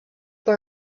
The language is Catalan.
per